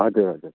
हजुर हजुर